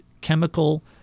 chemical